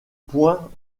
points